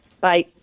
Bye